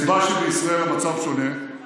הסיבה שבישראל המצב שונה היא